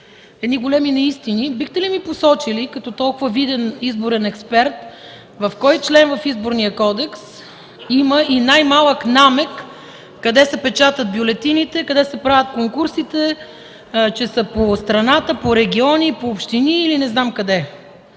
едни големи неистини. Бихте ли ми посочили като толкова виден изборен експерт в кой член от Изборния кодекс има и най-малък намек къде се печатат бюлетините, къде се правят конкурсите, че са по страната, по региони, по общини или не знам къде?